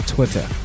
Twitter